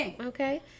okay